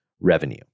revenue